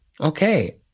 okay